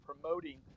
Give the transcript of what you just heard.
promoting